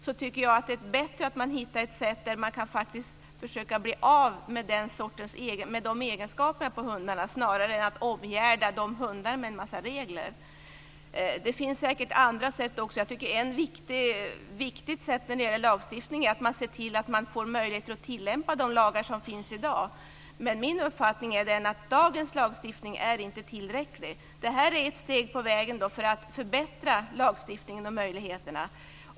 Jag tycker att det är bättre att man hittar ett sätt där man faktiskt kan försöka bli av med de egenskaperna hos hundarna snarare än att omgärda hundarna med en massa regler. Det finns säkert andra sätt också. Ett viktigt sätt när det gäller lagstiftningen är att man ser till att få möjligheter att tillämpa de lagar som finns i dag. Min uppfattning är att dagens lagstiftning inte är tillräcklig. Det här är ett steg på vägen för att förbättra lagstiftningen och möjligheterna.